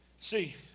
See